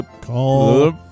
call